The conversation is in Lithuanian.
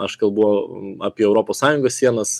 aš kalbu apie europos sąjungos sienas